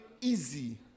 easy